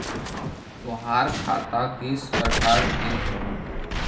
तोहार खता किस प्रकार के हवअ